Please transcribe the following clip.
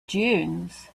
dunes